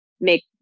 make